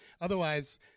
otherwise